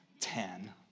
ten